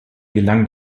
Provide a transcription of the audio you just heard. gelang